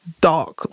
dark